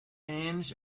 hands